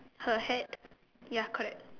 her hat ya correct